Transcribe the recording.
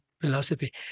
philosophy